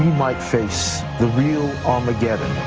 might face the real armageddon.